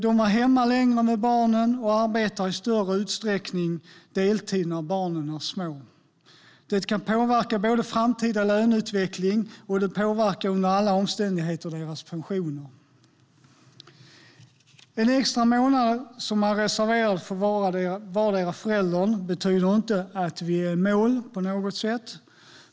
De är hemma längre med barnen och arbetar i större utsträckning deltid när barnen är små. Det kan påverka framtida löneutveckling, och det påverkar under alla omständigheter deras pensioner. En extra månad som är reserverad för vardera föräldern betyder inte att vi är i mål på något sätt.